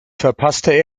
verpasste